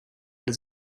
alle